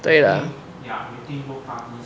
对了